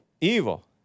Evil